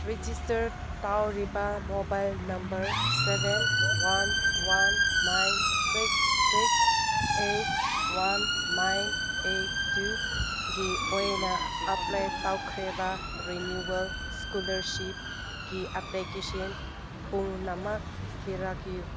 register ꯇꯧꯔꯕ mobile number seven one one nine six six eight one nine eight two ꯒꯤ ꯑꯣꯏꯅ apply ꯇꯧꯈ꯭ꯔꯕ renewal ꯏꯁꯀꯣꯂꯔꯁꯤꯞꯒꯤ application ꯄꯨꯝꯅꯃꯛ ꯊꯤꯔꯛꯎ